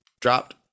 dropped